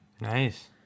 Nice